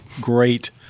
great